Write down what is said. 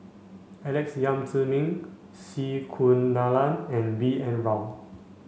Alex Yam Ziming C Kunalan and B N Rao